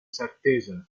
certesa